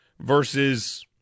versus